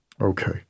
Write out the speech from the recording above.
Okay